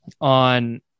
on